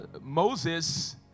Moses